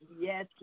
Yes